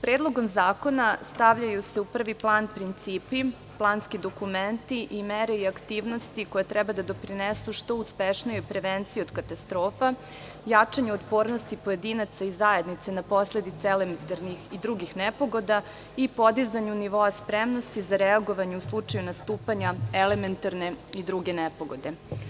Predlogom zakona stavljaju se u prvi plan principi, planski dokumenti i mere i aktivnosti koje treba da doprinesu što uspešnijoj prevenciji od katastrofa, jačanju otpornosti pojedinaca i zajednice na posledice elementarnih i drugih nepogoda i podizanju nivoa spremnosti za reagovanje u slučaju nastupanja elementarne i druge nepogode.